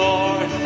Lord